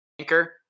anchor